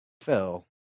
fell